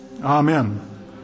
Amen